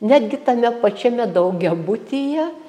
netgi tame pačiame daugiabutyje